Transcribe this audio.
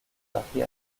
paris